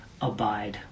abide